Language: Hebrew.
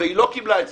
והיא לא קיבלה את זה.